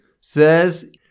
says